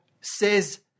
says